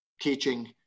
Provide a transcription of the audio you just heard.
teaching